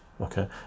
okay